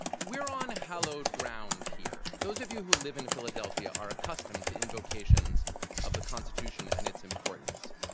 we're on hallowed ground here. those of you who live in philadelphia are accustomed to invocations of the constitution and its importance.